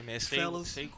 fellas